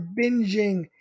binging